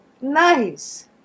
nice